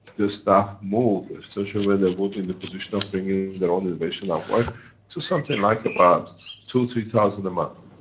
the staff move especially when they're put in the position of bringing their own innovation and work to something like about two three thousand a month.